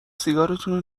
سیگارتونو